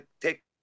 take